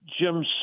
Jim